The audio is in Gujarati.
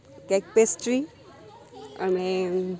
કેક પેસ્ટ્રી અને